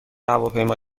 هواپیما